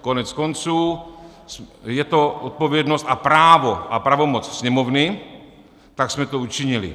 Koneckonců je to odpovědnost a právo a pravomoc Sněmovny, tak jsme to učinili.